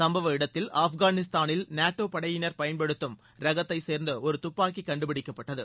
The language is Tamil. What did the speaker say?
சும்பவ இடத்தில் ஆப்கானிஸ்தானில் நேட்டோ படையினர் பயன்படுத்ததும் ரகத்தை சேர்ந்த ஒரு துப்பாக்கி கண்டுபிடிக்கப்பட்டது